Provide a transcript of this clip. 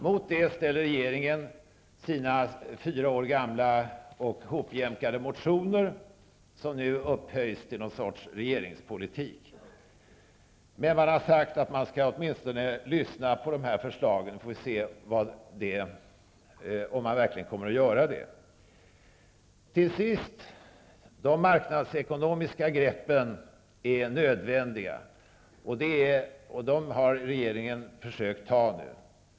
Mot detta ställer regeringen sina fyra år gamla och hopjämkade motioner som nu upphöjs till någon sorts regeringspolitik. Man har åtminstone sagt att man skall lyssna på de här förslagen. Vi får se om man verkligen kommer att göra detta. Till sist är de marknadsekonomiska greppen nödvändiga och regeringen har försökt att ta dem nu.